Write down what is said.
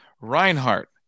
Reinhardt